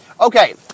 Okay